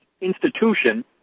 institution